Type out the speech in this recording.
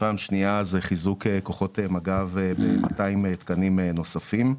ופעם שנייה זה חיזוק כוחות מג"ב ב-200 תקנים נוספים.